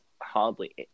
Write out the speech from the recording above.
hardly